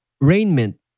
raiment